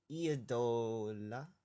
Idola